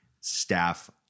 staff